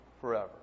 forever